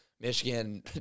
Michigan